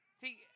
See